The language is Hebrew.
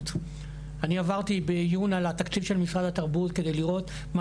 אני עברתי בעיון על התקציב של משרד התרבות כדי לראות מה